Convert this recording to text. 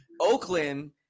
Oakland